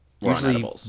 Usually